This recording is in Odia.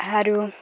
ଆରୁ